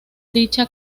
dicha